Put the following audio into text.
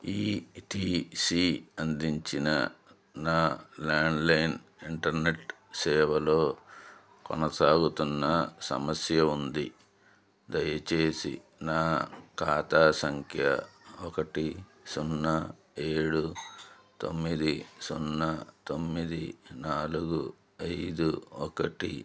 ఈ T C అందించిన నా ల్యాండ్లైన్ ఇంటర్నెట్ సేవలో కొనసాగుతున్న సమస్య ఉంది దయచేసి నా ఖాతా సంఖ్య ఒకటి సున్నా ఏడు తొమ్మిది సున్నా తొమ్మిది నాలుగు ఐదు ఒకటి